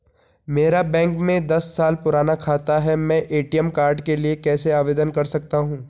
मेरा बैंक में दस साल पुराना खाता है मैं ए.टी.एम कार्ड के लिए कैसे आवेदन कर सकता हूँ?